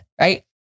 right